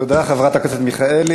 תודה, חברת הכנסת מיכאלי.